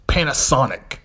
Panasonic